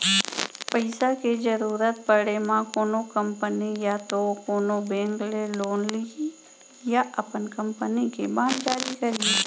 पइसा के जरुरत पड़े म कोनो कंपनी या तो कोनो बेंक ले लोन लिही या अपन कंपनी के बांड जारी करही